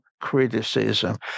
criticism